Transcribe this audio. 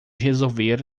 resolver